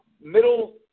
middle